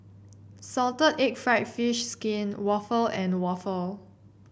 Salted Egg fried fish skin waffle and waffle